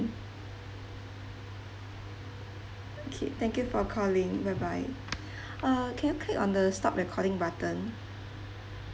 okay thank you for calling bye bye uh can you click on the stop recording button